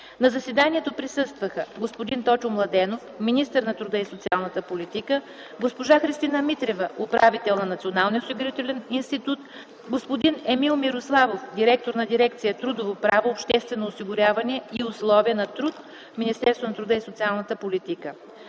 На заседанието присъстваха господин Тотю Младенов – министър на труда и социалната политика, госпожа Христина Митрева – управител на Националния осигурителен институт, господин Емил Мирославов – директорна Дирекция „Трудово право, обществено осигуряване и условия на труд” в Министерството на труда и социалната политика.